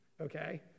okay